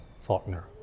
Faulkner